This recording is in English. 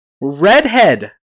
Redhead